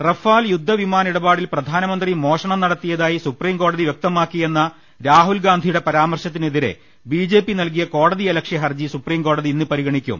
Rafale യുദ്ധ വിമാന ഇടപാടിൽ പ്രധാനമന്ത്രി മോഷണം നടത്തി യതായി സുപ്രിംകോടതി വൃക്തമാക്കിയെന്ന രാഹുൽഗാന്ധിയുടെ പരാമർശത്തിനെതിരെ ബിജെപി നൽകിയ കോടതിയലക്ഷ്യ ഹർജി സുപ്രീംകോടതി ഇന്ന് പരിഗണിക്കും